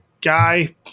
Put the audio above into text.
guy